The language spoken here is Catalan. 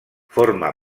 forma